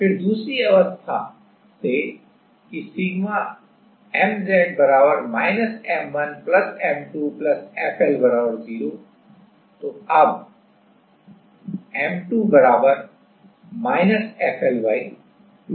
फिर दूसरी अवस्था से कि sigma M z M1 M2 FL 0 तो अब M2 FL2 है